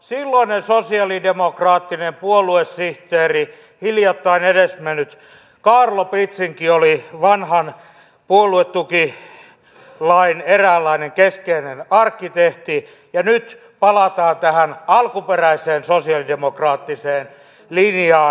silloinen sosialidemokraattinen puoluesihteeri hiljattain edesmennyt kaarlo pitsinki oli vanhan puoluetukilain eräänlainen keskeinen arkkitehti ja nyt palataan tähän alkuperäiseen sosialidemokraattiseen linjaan